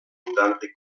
abundante